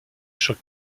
choc